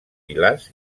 pilars